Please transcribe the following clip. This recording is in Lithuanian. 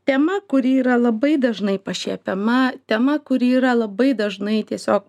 tema kuri yra labai dažnai pašiepiama tema kuri yra labai dažnai tiesiog